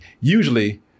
usually